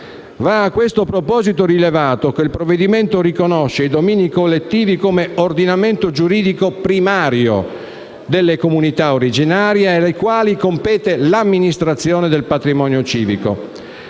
Va a questo proposito rilevato che il provvedimento riconosce i domini collettivi come ordinamento giuridico primario delle comunità originarie, alle quali compete l'amministrazione del patrimonio civico.